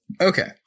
Okay